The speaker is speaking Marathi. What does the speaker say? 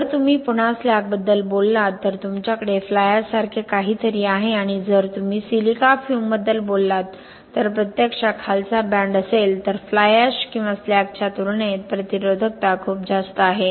जर तुम्ही पुन्हा स्लॅगबद्दल बोललो तर तुमच्याकडे फ्लाय एशसारखे काहीतरी आहे आणि जर तुम्ही सिलिका फ्यूमबद्दल बोलले तर प्रत्यक्षात खालचा बँड असेल तर फ्लाय एश किंवा स्लॅगच्या तुलनेत प्रतिरोधकता खूप जास्त आहे